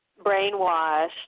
brainwashed